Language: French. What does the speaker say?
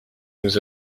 nous